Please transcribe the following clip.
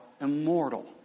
immortal